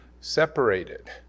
separated